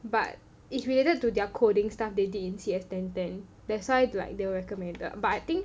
but it's related to their coding stuff they did in C_S ten ten that's why like they were recommended but I think